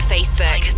Facebook